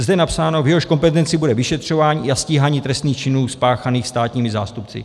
Je zde napsáno: V jehož kompetenci bude vyšetřování a stíhání trestných činů spáchaných státními zástupci.